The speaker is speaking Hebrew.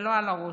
ולא על הראש.